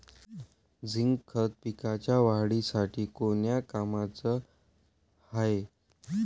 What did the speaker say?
Zinc खत पिकाच्या वाढीसाठी कोन्या कामाचं हाये?